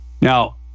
Now